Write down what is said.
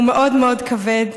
והוא מאוד מאוד כבד.